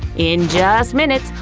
in just minutes,